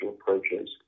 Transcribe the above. approaches